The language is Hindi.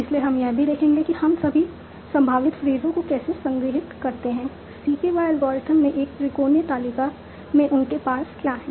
इसलिए हम यह भी देखेंगे कि हम सभी संभावित फ्रेजों को कैसे संग्रहीत करते हैं CKY एल्गोरिथम में एक त्रिकोणीय तालिका में उनके पार्स क्या हैं